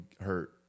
hurt